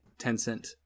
Tencent